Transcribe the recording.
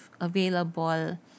available